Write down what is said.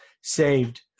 saved